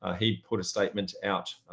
ah he put a statement out,